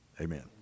Amen